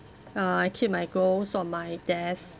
uh I keep my goals on my desk